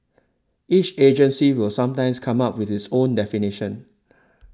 each agency will sometimes come up with its own definition